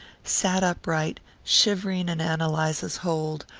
sat upright, shivering in ann eliza's hold,